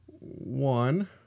one